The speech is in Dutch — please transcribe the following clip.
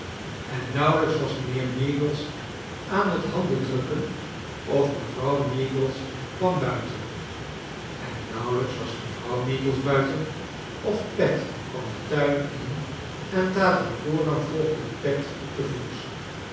en nauwelijks was mijnheer meagles aan t handen drukken of mevrouw meagles kwam buiten en nauwelijks was mevrouw meagles buiten of pet kwam den tuin in en tattycoram volgde pet op den voet